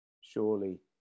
surely